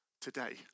today